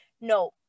no